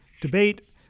debate